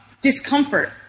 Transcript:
discomfort